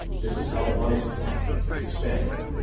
this is how the money supply is expanded.